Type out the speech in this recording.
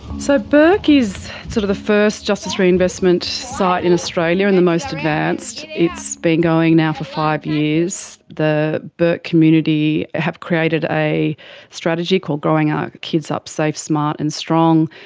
so burke is sort of the first justice reinvestment site in australia and the most advanced. it's been going now for five years. the bourke community have created a strategy called growing our kids up safe, smart and strong.